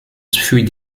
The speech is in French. fut